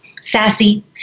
sassy